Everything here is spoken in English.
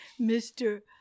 Mr